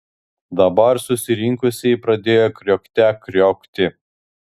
dabar susirinkusieji pradėjo kriokte kriokti